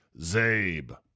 Zabe